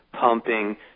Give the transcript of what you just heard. pumping